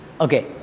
Okay